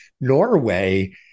Norway